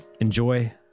enjoy